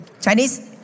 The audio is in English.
Chinese